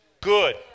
good